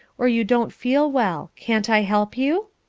or you don't feel well. can't i help you?